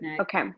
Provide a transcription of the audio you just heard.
Okay